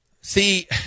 See